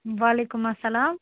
وعلیکُم السلام